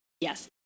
yes